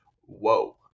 Whoa